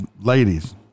Ladies